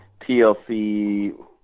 TLC